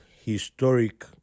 historic